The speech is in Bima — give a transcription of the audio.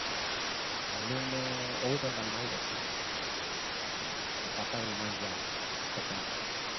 Alumu ou mai lalope siare, jangare napataku rumana sia pokon.